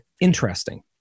interesting